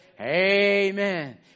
Amen